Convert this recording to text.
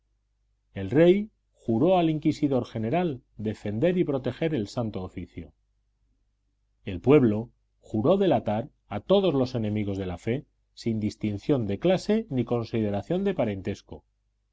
el rey juró al inquisidor general defender y proteger el santo oficio el pueblo juró delatar a todos los enemigos de la fe sin distinción de clase ni consideración de parentesco al